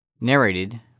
narrated